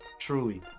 Truly